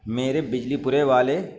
میرے بجلی پورے والے